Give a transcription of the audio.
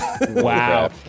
Wow